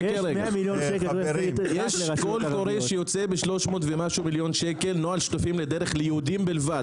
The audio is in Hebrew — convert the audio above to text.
יש קול קורא שיוצא במעל 300 מיליון ₪- נוהל שותפים לדרך ליהודים בלבד.